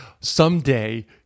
someday